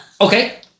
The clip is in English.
okay